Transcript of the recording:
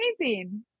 amazing